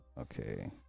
okay